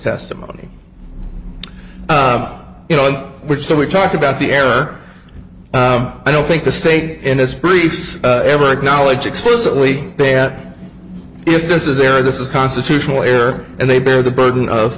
testimony you know which so we talked about the air i don't think the state and its briefs ever acknowledge explicitly they are if this is their this is constitutional error and they bear the burden of